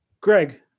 Greg